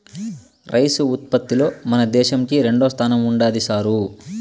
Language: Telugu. రైసు ఉత్పత్తిలో మన దేశంకి రెండోస్థానం ఉండాది సారూ